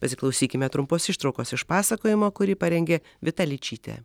pasiklausykime trumpos ištraukos iš pasakojimo kurį parengė vita ličytė